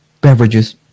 beverages